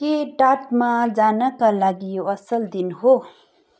के तटमा जानका लागि यो असल दिन हो